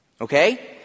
Okay